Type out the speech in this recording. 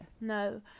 No